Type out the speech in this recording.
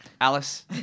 Alice